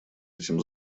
этим